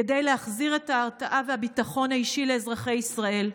כדי להחזיר את ההרתעה והביטחון האישי לאזרחי ישראל,